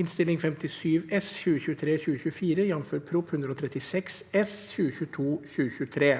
(Innst. 57 S (2023–2024), jf. Prop. 136 S (2022– 2023))